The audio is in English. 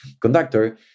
conductor